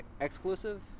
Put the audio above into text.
exclusive